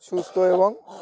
সুস্থ এবং